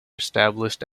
established